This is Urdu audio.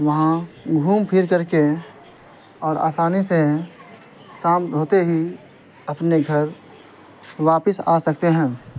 وہاں گھوم پھر کر کے اور آسانی سے شام ہوتے ہی اپنے گھر واپس آ سکتے ہیں